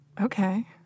Okay